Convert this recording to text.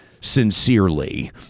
sincerely